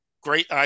great